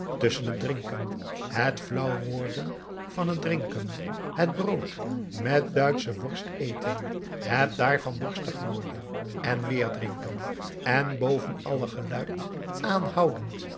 tusschen het drinken het flauw worden van het drinken het brood met duitsche worst eten het daarvan dorstig worden en weer drinken en boven alle geluid aanhoudend